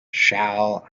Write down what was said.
shall